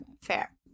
fair